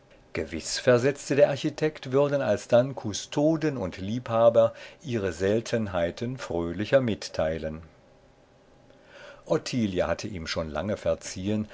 gewiß versetzte der architekt würden alsdann kustoden und liebhaber ihre seltenheiten fröhlicher mitteilen ottilie hatte ihm schon lange verziehen